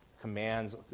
commands